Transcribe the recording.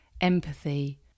empathy